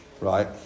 Right